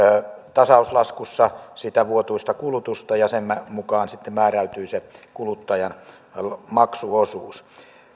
tasauslaskussa sitä vuotuista kulutusta ja sen mukaan määräytyi kuluttajan maksuosuus